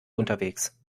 unterwegs